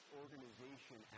organization